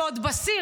שעוד בשיא,